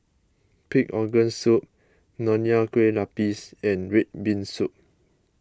Pig Organ Soup Nonya Kueh Lapis and Red Bean Soup